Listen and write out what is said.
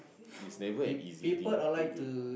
but it's never an easy thing to do